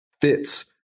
fits